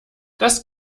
das